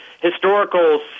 historical